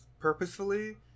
purposefully